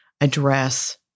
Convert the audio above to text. address